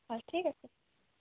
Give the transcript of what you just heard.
হয় ঠিক আছে